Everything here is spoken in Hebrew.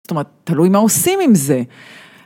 זאת אומרת, תלוי מה עושים עם זה.